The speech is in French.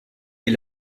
est